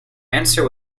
answer